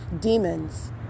demons